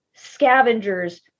Scavengers